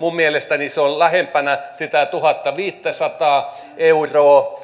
minun mielestäni se on lähempänä sitä tuhattaviittäsataa euroa